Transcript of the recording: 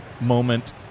moment